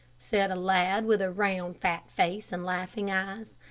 said a lad with a round, fat face, and laughing eyes.